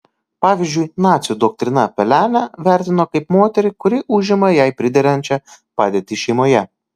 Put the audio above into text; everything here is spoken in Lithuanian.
pavyzdžiui nacių doktrina pelenę vertino kaip moterį kuri užima jai priderančią padėtį šeimoje